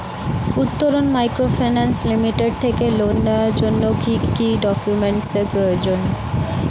Uttaran microfinance limited থেকে loan নেওয়ার জন্য কি কি ডকুমেন্টস এর প্রয়োজন?